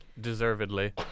Deservedly